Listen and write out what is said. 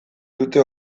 dute